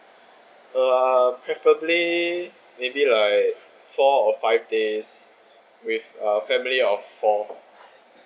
uh preferably maybe like four or five days with uh family of four